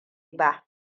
ba